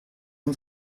uns